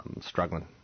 Struggling